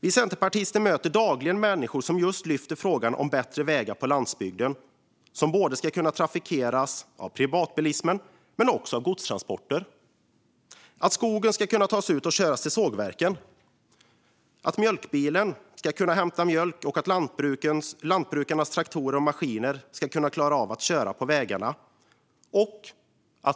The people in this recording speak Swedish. Vi centerpartister möter dagligen människor som just lyfter upp frågan om bättre vägar på landsbygden som både ska kunna trafikeras av privatbilismen men också av godstransporter. Det handlar om att skogen ska kunna tas ut och köras till sågverken, att mjölkbilen ska kunna hämta mjölk och att lantbrukarnas traktorer och maskiner ska kunna klara av att köra på vägarna.